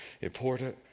important